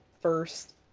first